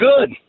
good